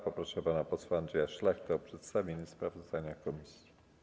Proszę pana posła Andrzeja Szlachtę o przedstawienie sprawozdania komisji.